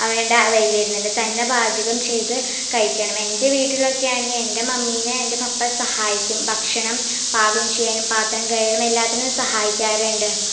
ആവേണ്ട വൈലിര്ന്നെങ്ക് തന്നെ പാചകം ചെയ്ത് കഴിക്കണം എൻ്റെ വീട്ടിലൊക്കെ ആണെങ്കിൽ എൻ്റെ മമ്മീനെ എൻ്റെ പപ്പ സഹായിക്കും ഭക്ഷണം പാകം ചെയ്യാനും പാത്രം കഴുകാനും എല്ലാത്തിനും സഹായിക്കാറുണ്ട്